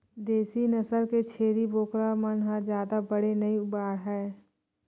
देसी नसल के छेरी बोकरा मन ह जादा बड़े नइ बाड़हय